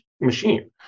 machine